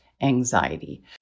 anxiety